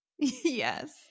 Yes